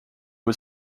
was